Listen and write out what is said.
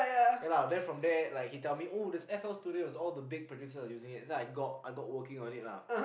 ya lah then from there like he tell me oh there's F L studio so all the big producers are using it so I got I got working on it lah